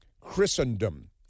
Christendom